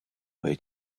way